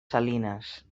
salines